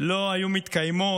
לא היו מתקיימות.